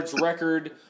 record